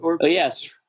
Yes